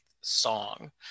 song